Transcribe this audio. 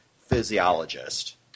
physiologist